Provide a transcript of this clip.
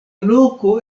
loko